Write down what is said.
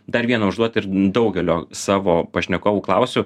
dar vieną užduot ir daugelio savo pašnekovų klausiu